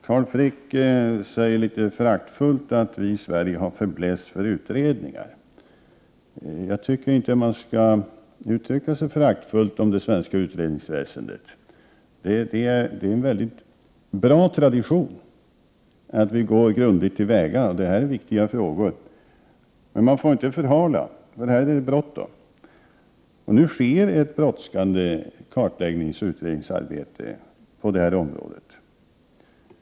Carl Frick säger litet föraktfullt att vi i Sverige har en fäbless för utredningar. Jag tycker dock inte att man skall uttrycka sig föraktfullt om det 49 svenska utredningsväsendet. Det är en mycket fin tradition att vi är grundliga. Det här är dessutom viktiga frågor. Man får inte förhala arbetet. Här är det bråttom. Men det sker också ett brådskande kartläggningsoch utredningsarbete på detta område.